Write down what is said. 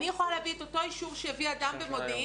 אני יכולה להביא את אותו אישור שהביא אדם במודיעין,